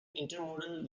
intermodal